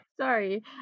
Sorry